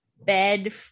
bed